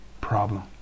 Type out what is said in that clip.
problem